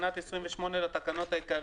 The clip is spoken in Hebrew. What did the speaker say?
תיקון תקנה 28 בתקנה 28 לתקנות העיקריות,